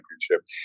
Championship